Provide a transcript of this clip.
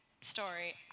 story